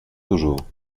toujours